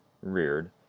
reared